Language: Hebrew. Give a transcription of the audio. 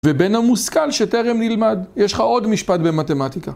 ובין המושכל שתרם נלמד, יש לך עוד משפט במתמטיקה.